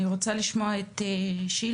אני רוצה לשמוע את שילה.